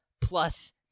plus